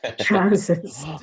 trousers